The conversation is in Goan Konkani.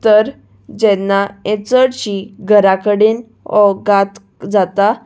तर जेन्ना हें चडशी घरा कडेन हो घात जाता